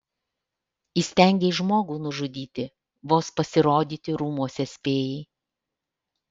įstengei žmogų nužudyti vos pasirodyti rūmuose spėjai